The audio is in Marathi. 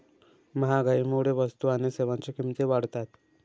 महागाईमुळे वस्तू आणि सेवांच्या किमती वाढतात